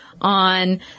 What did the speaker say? on